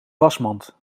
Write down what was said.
wasmand